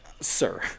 sir